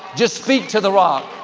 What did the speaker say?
just speak to the rock.